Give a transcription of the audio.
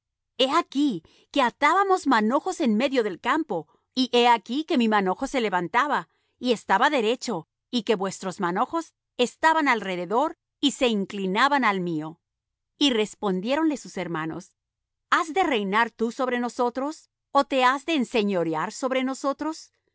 he aquí que atábamos manojos en medio del campo y he aquí que mi manojo se levantaba y estaba derecho y que vuestros manojos estaban alrededor y se inclinaban al mío y respondiéronle sus hermanos has de reinar tú sobre nosotros ó te has de enseñorear sobre nosotros